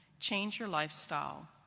change your lifestyle,